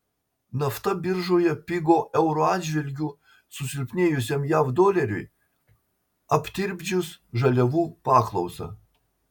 nafta biržoje pigo euro atžvilgiu susilpnėjusiam jav doleriui aptirpdžius žaliavų paklausą